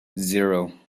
zero